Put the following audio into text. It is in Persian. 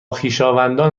خویشاوندان